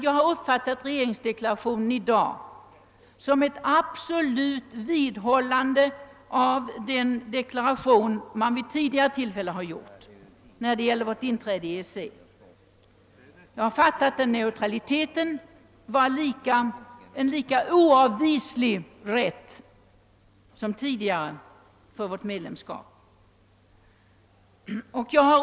Jag har uppfattat regeringsdeklarationen i dag som ett definitivt vidhållande av den deklaration som man vid tidigare tillfälle gjort beträffande förutsättningarna för vårt inträde i EEC. Såvitt jag förstår är kravet på neutralitet i dag lika oavvisligt som tidigare för vårt medlemskap.